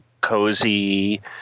cozy